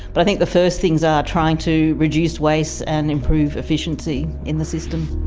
but i think the first things are trying to reduce waste and improve efficiency in the system.